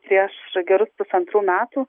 prieš gerus pusantrų metų